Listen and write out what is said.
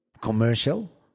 commercial